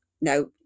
no